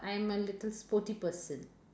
I'm a little sporty person